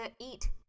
eat